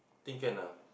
think can ah